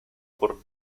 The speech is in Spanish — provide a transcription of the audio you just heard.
por